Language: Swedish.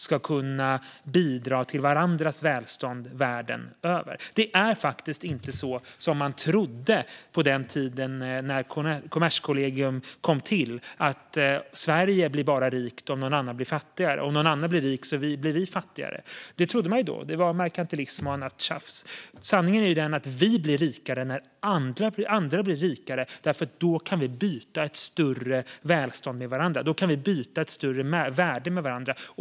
Riksrevisionens rapport om Kommers-kollegiums arbete mot handelshinder Det är faktiskt inte så som man trodde på den tiden när Kommerskollegium kom till att Sverige bara blir rikt om någon annan blir fattigare, och om någon annan blir rik blir vi fattigare. Det trodde man då. Det var merkantilism och annat tjafs. Men sanningen är ju den att vi blir rikare när andra blir rikare, för då kan vi byta ett större välstånd med varandra. Då kan vi byta ett större värde med varandra.